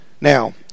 Now